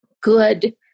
good